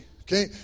okay